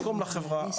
מקום לחברה,